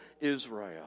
Israel